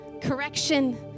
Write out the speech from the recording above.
correction